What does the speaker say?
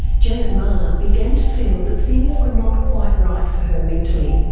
janet meagher began to feel that things were not quite right for her mentally,